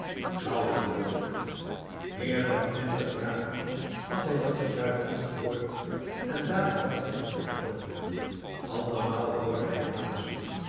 claus hoorde het meer dan twintig jaar lang had hij dat geluid niet gehoord en daarom dacht hij dat hij droomde andermaal hoorde hij blazen